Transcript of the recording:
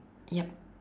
yup